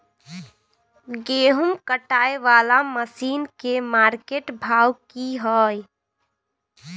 गेहूं काटय वाला मसीन के मार्केट भाव की हय?